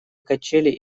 качели